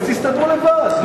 אז תסתדרו לבד.